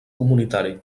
comunitari